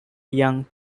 young